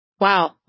Wow